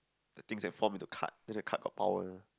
that things that form into card then the card got power